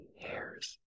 hairs